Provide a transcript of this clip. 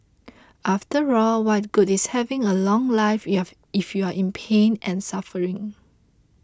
after all what good is having a long life you have if you're in pain and suffering